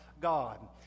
God